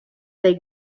they